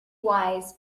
wise